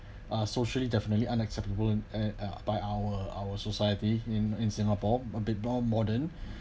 uh socially definitely unacceptable and and uh by our our society in in singapore a bit more modern